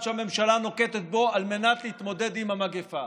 שהממשלה נוקטת בו על מנת להתמודד עם המגפה,